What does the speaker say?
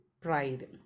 Pride